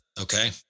okay